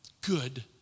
good